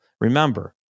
Remember